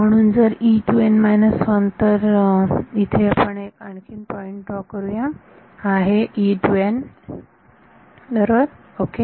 म्हणून जर तर या इथे आपण आणखीन एक पॉईंट ड्रॉ करूया हा असेल बरोबर ओके